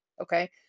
Okay